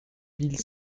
mille